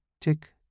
Tick